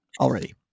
already